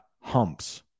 humps